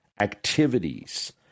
activities